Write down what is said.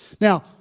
Now